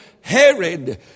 Herod